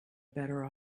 better